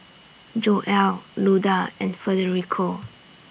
Joel Luda and Federico